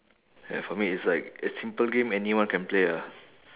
ya for me it's like it's simple game anyone can play ah